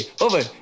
over